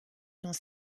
dans